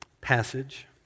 passage